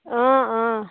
অঁ অঁ